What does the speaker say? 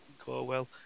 Corwell